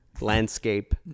landscape